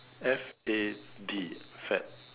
F A D